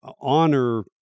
honor